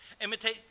Imitate